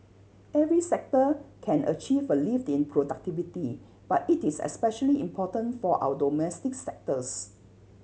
every sector can achieve a lift in productivity but it is especially important for our domestic sectors